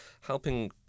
helping